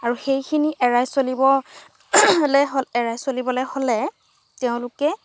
আৰু সেইখিনি এৰাই চলিব লে এৰাই চলিবলে হ'লে তেওঁলোকে